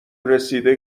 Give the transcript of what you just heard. رسیده